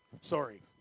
Sorry